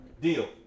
Deal